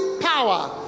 power